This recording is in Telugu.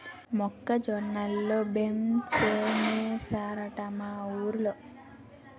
మొక్క జొన్న లో బెంసేనేశారట మా ఊరోలు